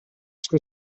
che